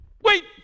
wait